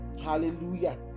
hallelujah